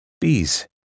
Bees